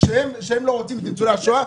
כאילו היא לא רוצה את ניצולי השואה,